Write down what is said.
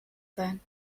sein